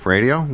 Radio